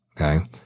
okay